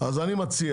אז אני מציע,